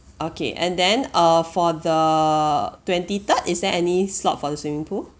okay and then uh for the twenty third is there any slot for the swimming pool